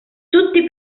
tutti